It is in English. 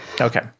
Okay